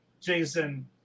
Jason